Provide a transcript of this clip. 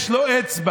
יש לו אצבע.